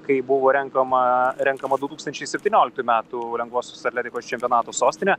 kai buvo renkama renkama du tūkstančiai septynioliktų metų lengvosios atletikos čempionato sostinė